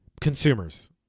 Consumers